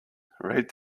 read